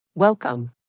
Welcome